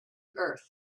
earth